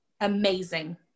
Amazing